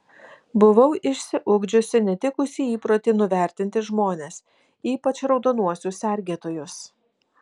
buvau išsiugdžiusi netikusį įprotį nuvertinti žmones ypač raudonuosius sergėtojus